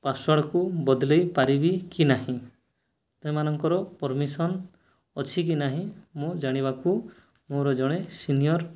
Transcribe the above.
ପାସ୍ୱାର୍ଡ଼୍କୁ ବଦଳାଇ ପାରିବି କି ନାହିଁ ସେମାନଙ୍କର ପର୍ମିସନ୍ ଅଛି କି ନାହିଁ ମୁଁ ଜାଣିବାକୁ ମୋର ଜଣେ ସିନିୟର୍